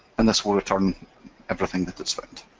and this will return everything that it's found.